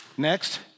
Next